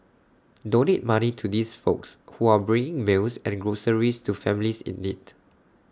donate money to these folks who are bringing meals and groceries to families in need